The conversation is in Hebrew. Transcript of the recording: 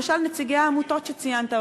למשל נציגי העמותות שציינת,